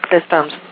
systems